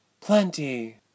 Plenty